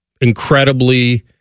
incredibly